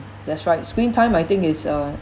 that's right screen time I think is uh